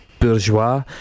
bourgeois